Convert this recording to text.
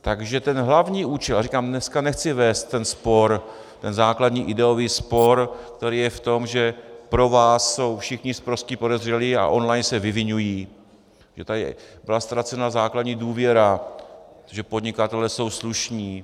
Takže ten hlavní účel a říkám, dneska nechci vést ten základní ideový spor, který je v tom, že pro vás jsou všichni sprostí podezřelí a online se vyviňují, že tady byla ztracena základní důvěra, že podnikatelé jsou slušní.